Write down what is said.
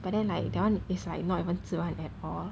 but then like that one is like not even 自然 at all